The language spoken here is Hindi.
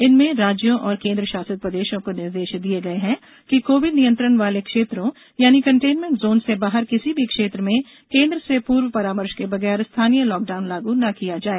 इनमें राज्यों और केंद्र शासित प्रदेशों को निर्देश दिए गए हैं कि कोविड नियंत्रण वाले क्षेत्रों यानी कन्टेनमेंट जोन से बाहर किसी भी क्षेत्र में केंद्र से पूर्व परामर्श के बगैर स्थानीय लॉकडाउन लागू न किया जाए